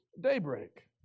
daybreak